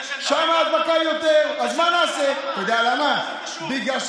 למה אין תורים